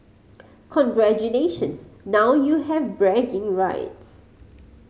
congratulations now you have bragging rights